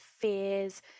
fears